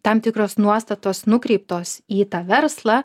tam tikros nuostatos nukreiptos į tą verslą